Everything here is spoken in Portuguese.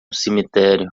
cemitério